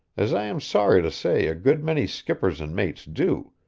as i am sorry to say a good many skippers and mates do,